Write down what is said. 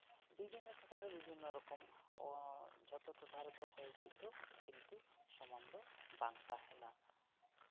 ᱵᱤᱵᱷᱤᱱᱱᱚ ᱴᱚᱴᱷᱟᱨᱮ ᱵᱤᱵᱷᱤᱱᱱᱚ ᱨᱚᱠᱚᱢ ᱡᱷᱚᱛᱚ ᱴᱚᱴᱷᱟ ᱨᱮᱫᱚ ᱦᱚᱭ ᱦᱤᱥᱤᱫ ᱫᱚ ᱠᱤᱱᱛᱩ ᱥᱚᱢᱟᱱ ᱫᱚ ᱵᱟᱝ ᱛᱟᱦᱮᱱᱟ